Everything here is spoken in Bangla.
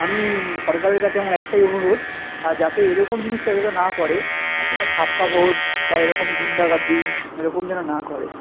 আমি সরকারের কাছে আমার একটাই অনুরোধ যাতে এরকম জিনিসটা যাতে না করে কোনো ছাপ্পা ভোট বা এরকম গুন্ডা গাদ্দি এরকম যেন না করে